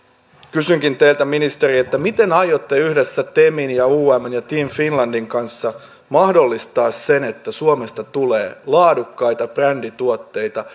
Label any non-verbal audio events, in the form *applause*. kysynkin teiltä ministeri miten aiotte yhdessä temin umn ja team finlandin kanssa mahdollistaa sen että suomesta tulee laadukkaita brändituotteita *unintelligible*